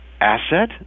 asset